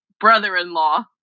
brother-in-law